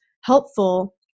helpful